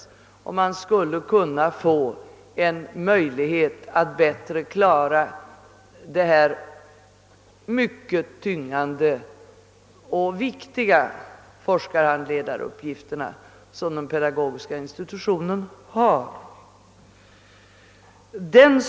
Därmed skulle man få en möjlighet att bättre klara de mycket tyngande och viktiga forskarhandledaruppgifter som den pedagogiska institutionen har.